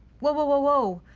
whoa.